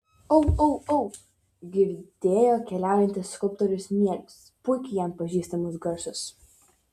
au au au girdėjo keliaujantis skulptorius mielus puikiai jam pažįstamus garsus